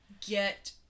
get